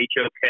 HOK